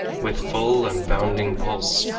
with full and bounding pulse,